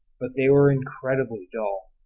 but they were incredibly dull.